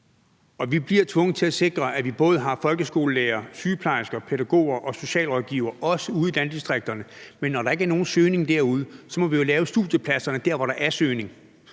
Vi bliver tvunget til at sikre, at vi både har folkeskolelærere, sygeplejersker, pædagoger og socialrådgivere, også ude i landdistrikterne, men når der ikke er nogen søgning derude, må vi jo oprette studiepladserne der, hvor der er søgning.